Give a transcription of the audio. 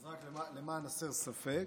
רק למען הסר ספק,